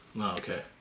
Okay